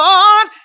Lord